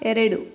ಎರಡು